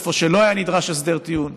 איפה שלא היה נדרש הסדר טיעון,